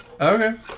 Okay